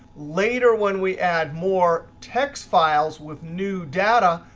later, when we add more text files with new data,